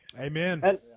Amen